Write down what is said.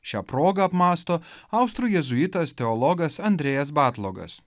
šia proga apmąsto austrų jėzuitas teologas andrejas bartlogas